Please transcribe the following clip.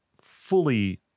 fully